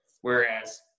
Whereas